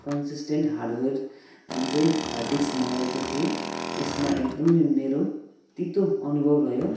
consistent hardware जुन चाहिँ hard disk मगाएको थिएँ यसमा एकदमै मेरो तितो अनुभव रह्यो